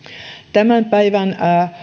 tämän päivän